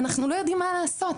אנחנו לא יודעים מה לעשות,